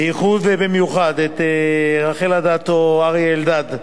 בייחוד ובמיוחד את רחל אדטו, אריה אלדד,